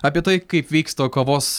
apie tai kaip vyksta kavos